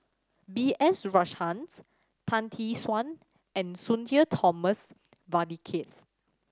B S Rajhans Tan Tee Suan and Sudhir Thomas Vadaketh